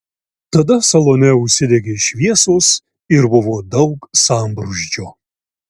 tada salone užsidegė šviesos ir buvo daug sambrūzdžio